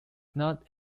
not